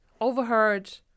overheard